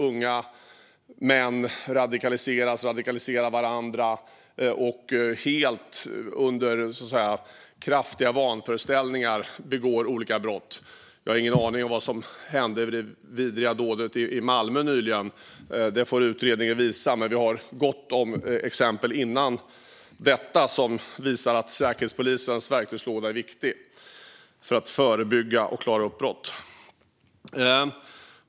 Unga män radikaliseras och radikaliserar varandra och begår olika brott under kraftiga vanföreställningar. Jag har ingen aning om vad som hände vid det vidriga dådet i Malmö nyligen. Det får utredningen visa. Men vi har gott om exempel före detta som visar att Säkerhetspolisens verktygslåda är viktig för att förebygga och klara upp brott.